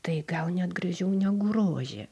tai gal net gražiau negu rožė